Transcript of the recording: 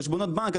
חשבונות בנק.